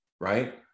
right